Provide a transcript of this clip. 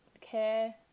care